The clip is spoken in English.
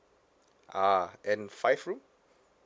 ah and five room